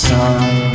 Sun